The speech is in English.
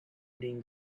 reading